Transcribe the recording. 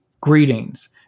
greetings